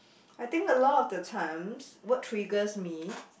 I think a lot of the times what triggers me